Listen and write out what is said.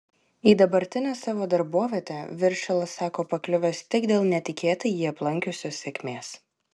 į dabartinę savo darbovietę viršilas sako pakliuvęs tik dėl netikėtai jį aplankiusios sėkmės